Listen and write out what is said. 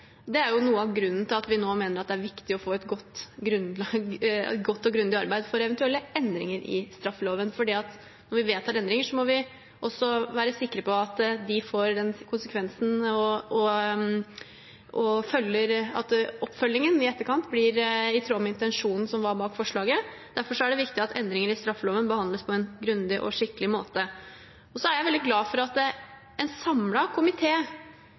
Det er noe av grunnen til at vi nå mener det er viktig å få et godt og grundig arbeid for eventuelle endringer i straffeloven, for når vi vedtar endringer, må vi også være sikre på at de får den tilsiktede konsekvensen, og at oppfølgingen i etterkant blir i tråd med intensjonen som var bak forslaget. Derfor er det viktig at endringer i straffeloven behandles på en grundig og skikkelig måte. Så er jeg veldig glad for at en